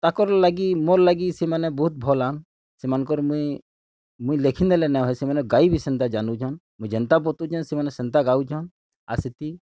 ତାକର୍ ଲାଗି ମୋର୍ ଲାଗି ସେମାନେ ବହୁତ୍ ଭଲ୍ ଆଁ ସେମାନଙ୍କର୍ ମୁଇଁ ମୁଇଁ ଲେଖିଦେଲେ ନାଇଁ ହଏସି ସେମାନେ ଗାଇ ବି ସେନ୍ତା ଜାନୁଛନ୍ ମୁଇଁ ଯେନ୍ତା ବତଉଚନ୍ ସେମାନେ ସେନ୍ତା ଗାଉସନ୍ ଆର୍ ସେତ୍କି